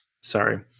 Sorry